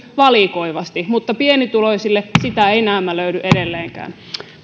valikoivasti mutta pienituloisille sitä ei näemmä löydy edelleenkään